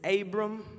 Abram